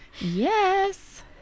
Yes